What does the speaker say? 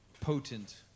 potent